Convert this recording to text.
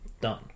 Done